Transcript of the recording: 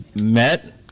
met